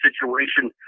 situation